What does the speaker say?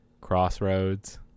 crossroads